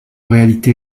réalité